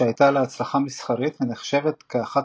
שהייתה להצלחה מסחרית ונחשבת כאחת